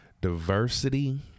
Diversity